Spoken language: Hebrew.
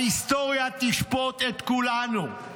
ההיסטוריה תשפוט את כולנו,